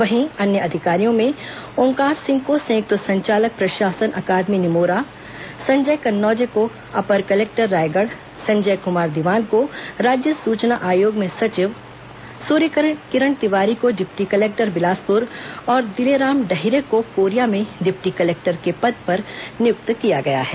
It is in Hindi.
वहीं अन्य अधिकारियों में ओंकार सिंह को संयुक्त संचालक प्रशासन अकादमी निमोरा संजय कन्नौजे को अपर कलेक्टर रायगढ़ संजय कुमार दीवान को राज्य सूचना आयोग में सचिव सूर्यकिरण तिवारी को डिप्टी कलेक्टर बिलासपुर और दिलेराम डाहिरे को कोरिया में डिप्टी कलेक्टर के पद पर नियुक्त किया गया है